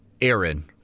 Aaron